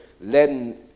letting